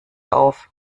auf